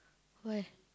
why